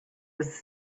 was